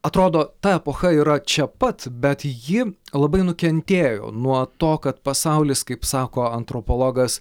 atrodo ta epocha yra čia pat bet ji labai nukentėjo nuo to kad pasaulis kaip sako antropologas